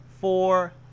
four